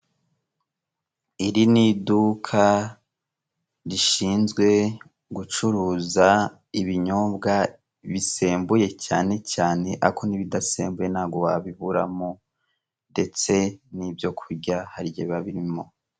Iri ni iduka rishinzwe gucuruza ibinyobwa bisembuye cyane cyane ariko n'ibidasembuye ntabwo wabiburamo ndetse n'ibyo kurya hari igihe biba birimo.